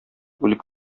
үлеп